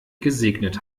gesegnet